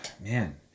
Man